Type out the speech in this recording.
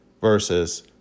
versus